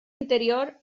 interior